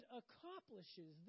accomplishes